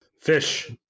fish